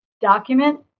document